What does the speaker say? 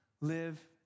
live